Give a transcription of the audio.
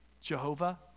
Jehovah